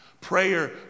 Prayer